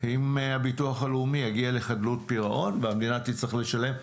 אם הביטוח הלאומי יגיע לחדלות פירעון והמדינה תצטרך לשלם,